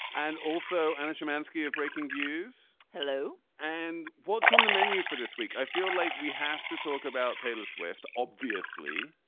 and also anna shymansky of breaking views. hello. and what's on the menu for this week? i feel like we have to talk about taylor swift, obviously.